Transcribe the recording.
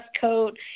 coat